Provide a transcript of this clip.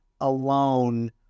alone